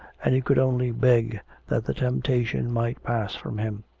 and he could only beg that the temptation might pass from him.